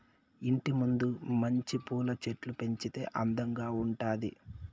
ఇంటి ముందు మంచి పూల చెట్లు పెంచితే అందంగా ఉండాది